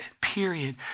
period